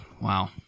Wow